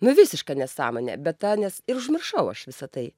na visiška nesąmonė bet tą nes ir užmiršau aš visa tai